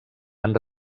han